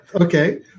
okay